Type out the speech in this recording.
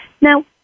Now